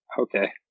okay